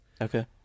Okay